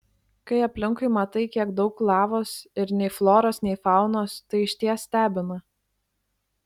kai aplinkui matai kiek daug lavos ir nei floros nei faunos tai išties stebina